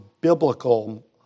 biblical